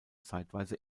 zeitweise